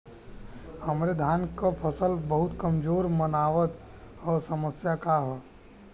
हमरे धान क फसल बहुत कमजोर मनावत ह समस्या का ह?